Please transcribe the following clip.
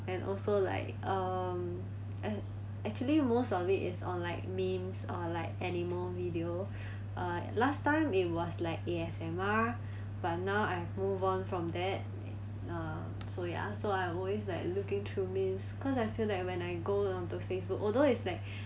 and also like um act actually most of it is online memes or like animal video uh last time it was like A_S_M_R but now I move on from that um so ya so I always like looking through memes cause I feel like when I go onto Facebook although is like